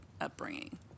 upbringing